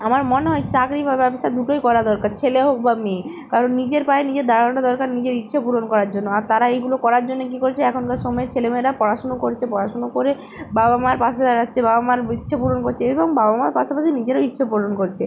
আমার মনে হয় চাকরি বা ব্যবসা দুটোই করা দরকার ছেলে হোক বা মেয়ে কারণ নিজের পায়ে নিজের দাঁড়ানোটা দরকার নিজের ইচ্ছে পূরণ করার জন্য আর তারা এইগুলো করার জন্য কী করছে এখনকার সময়ের ছেলে মেয়েরা পড়াশুনো করছে পড়াশুনো করে বাবা মার পাশে দাঁড়াচ্ছে বাবা মার ইচ্ছে পূরণ করছে এবং বাবা মার পাশাপাশি নিজেরও ইচ্ছে পূরণ করছে